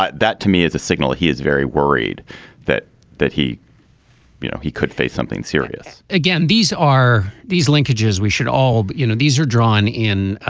but that to me is a signal he is very worried that that he you know he could face something serious again these are these linkages we should all you know these are drawn in